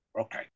okay